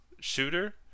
Shooter